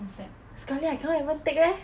sekali I can't even take leh